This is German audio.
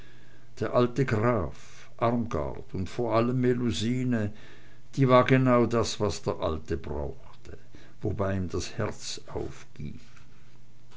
der alte graf armgard und vor allem melusine die war genau das was der alte brauchte wobei ihm das herz aufging